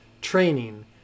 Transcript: training